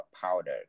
powder